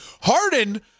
Harden